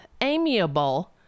amiable